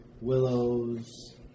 willows